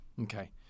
Okay